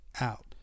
out